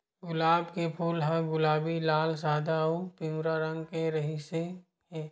गुलाब के फूल ह गुलाबी, लाल, सादा अउ पिंवरा रंग के रिहिस हे